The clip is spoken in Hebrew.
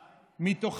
אליי?